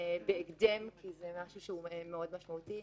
בהקדם כי זה משהו שהוא מאוד משמעותי.